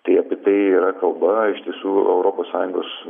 tai apie tai yra kalba iš tiesų europos sąjungos